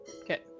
Okay